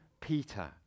Peter